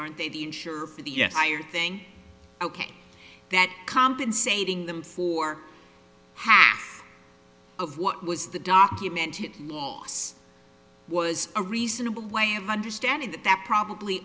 aren't they the insurer for the fire thing ok that compensating them for half of what was the document to us was a reasonable way of understanding that that probably